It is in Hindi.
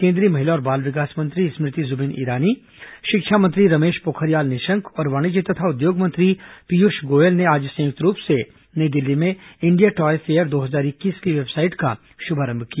केंद्रीय महिला और बाल विकास मंत्री स्मृति जुबिन ईरानी शिक्षा मंत्री रमेश पोखरियाल निशंक और वाणिज्य तथा उद्योग मंत्री पीयूष गोयल ने आज संयुक्त रूप से नई दिल्ली में इंडिया टॉय फेयर दो हजार इक्कीस की वेबसाइट का शुभारंभ किया